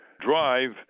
drive